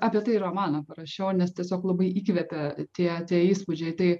apie tai ir romaną parašiau nes tiesiog labai įkvepia tie tie įspūdžiai tai